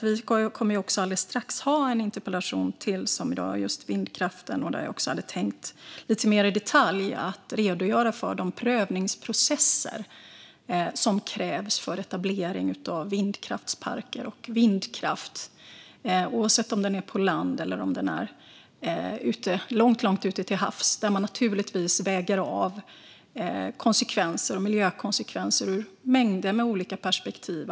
Vi kommer alldeles strax att ha en interpellationsdebatt till som rör just vindkraften, och då hade jag tänkt redogöra lite mer i detalj för de prövningsprocesser som krävs för etablering av vindkraftsparker och vindkraft, oavsett om det är på land eller om det är långt, långt ute till havs. Man väger naturligtvis av konsekvenser och miljökonsekvenser ur mängder av olika perspektiv.